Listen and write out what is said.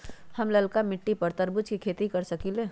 हम लालका मिट्टी पर तरबूज के खेती कर सकीले?